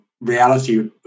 reality